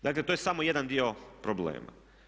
Dakle, to je samo jedan dio problema.